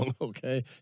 okay